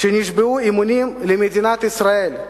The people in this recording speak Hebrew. שנשבעו אמונים למדינת ישראל,